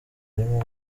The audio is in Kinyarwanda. arimo